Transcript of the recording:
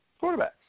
Quarterbacks